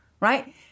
right